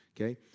Okay